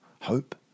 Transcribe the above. hope